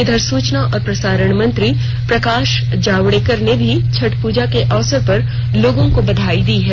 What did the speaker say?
इधर सूचना और प्रसारण मंत्री प्रकाश जावडेकर ने भी छठ पूजा के अवसर पर लोगों को बधाई दी है